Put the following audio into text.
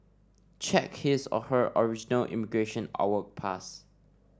check his or her original immigration or work pass